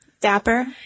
Dapper